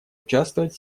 участвовать